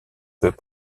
peut